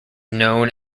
known